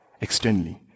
externally